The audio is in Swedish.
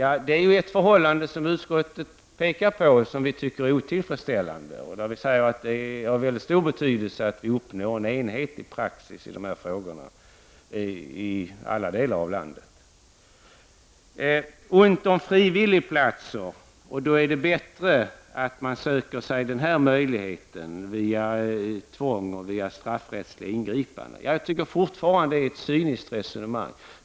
Ja, det är ett förhållande som utskottet pekar på och som är otillfredsställande. Vi säger att det är av mycket stor betydelse att en enhetlig praxis i denna fråga uppnås i alla delar av landet. Det är ett cyniskt resonemang att säga att det är bättre att använda möjligheten med tvång och straffrättsliga ingripanden om det är ont om frivilligplatser.